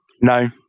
No